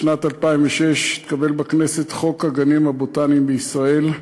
בשנת 2006 התקבל בכנסת חוק הגנים הבוטניים בישראל,